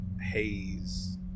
haze